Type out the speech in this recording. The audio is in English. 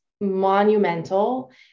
monumental